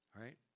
right